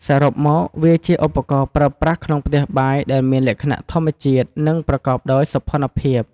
សរុបមក វាជាឧបករណ៍ប្រើប្រាស់ក្នុងផ្ទះបាយដែលមានលក្ខណៈធម្មជាតិ និងប្រកបដោយសោភ័ណភាព។